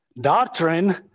doctrine